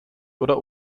oder